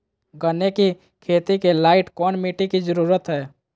गन्ने की खेती के लाइट कौन मिट्टी की जरूरत है?